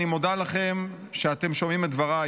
אני מודה לכם שאתם שומעים את דבריי,